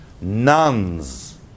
nuns